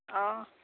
অঁ